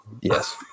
Yes